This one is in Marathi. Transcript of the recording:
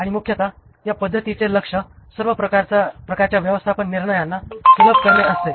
आणि मुख्यत या पद्धतीचे लक्ष सर्व प्रकारच्या व्यवस्थापन निर्णयांना सुलभ करणे असते